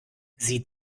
sieht